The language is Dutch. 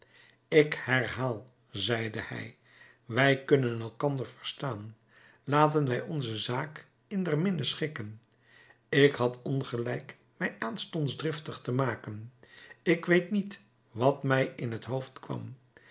ik herhaal zeide hij wij kunnen elkander verstaan laten wij onze zaak in der minne schikken ik had ongelijk mij aanstonds driftig te maken ik weet niet wat mij in het hoofd kwam